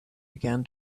began